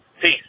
Peace